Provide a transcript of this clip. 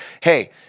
Hey